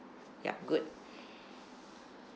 yup good